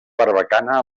barbacana